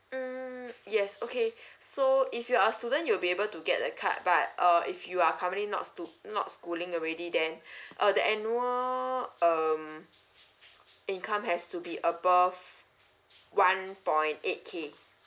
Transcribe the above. mm yes okay so if you're a student you'll be able to get the card but uh if you are currently not stu~ not schooling already then uh the annual um income has to be above one point eight K